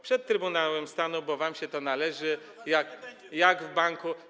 Przed Trybunałem Stanu, bo wam się to należy jak w banku.